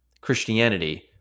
Christianity